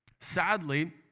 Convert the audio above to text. Sadly